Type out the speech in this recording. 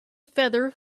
feather